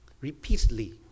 repeatedly